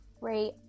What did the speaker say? great